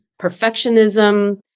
perfectionism